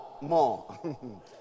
More